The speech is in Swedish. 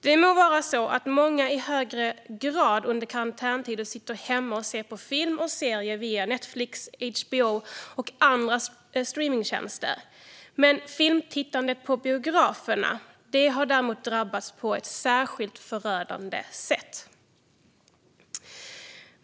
Det må vara så att många i högre grad sitter hemma och ser på film och serier via Netflix, HBO och andra streamningstjänster i karantäntider, men filmtittandet på biograferna har däremot drabbats på ett särskilt förödande sätt.